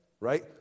right